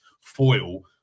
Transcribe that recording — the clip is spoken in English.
foil